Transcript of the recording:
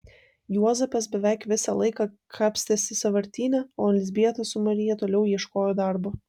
juozapas beveik visą laiką kapstėsi sąvartyne o elzbieta su marija toliau ieškojo darbo